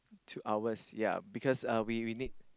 two hours ya because uh we we need